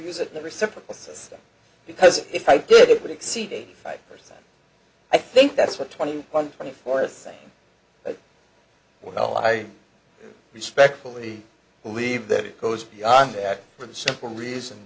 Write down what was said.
use it in a reciprocal system because if i did it would exceed eighty five percent i think that's what twenty one twenty four same as well i would respectfully believe that it goes beyond that for the simple reason